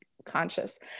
conscious